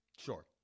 sure